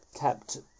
kept